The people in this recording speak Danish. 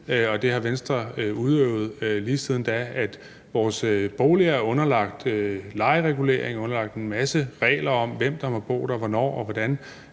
har Venstre udøvet lige siden. Vores boliger er underlagt lejeregulering og en masse regler om, hvem der må bo der, hvornår og hvordan,